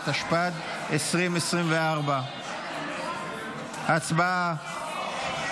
התשפ"ג 2023. הצבעה.